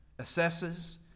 assesses